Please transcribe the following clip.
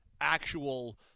actual